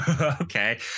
Okay